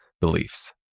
beliefs